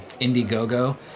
IndieGoGo